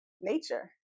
nature